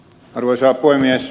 arvoisa puhemies